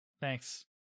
thanks